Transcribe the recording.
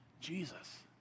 Jesus